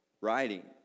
writing